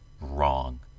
wrong